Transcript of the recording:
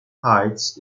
heights